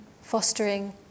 Fostering